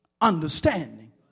understanding